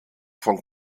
von